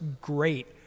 great